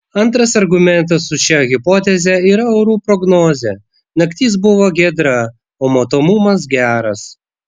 antras argumentas už šią hipotezę yra orų prognozė naktis buvo giedra o matomumas geras